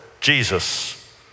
Jesus